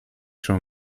schon